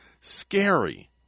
scary